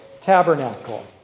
tabernacle